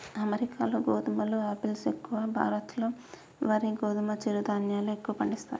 అమెరికాలో గోధుమలు ఆపిల్స్ ఎక్కువ, భారత్ లో వరి గోధుమ చిరు ధాన్యాలు ఎక్కువ పండిస్తారు